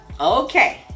Okay